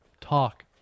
talk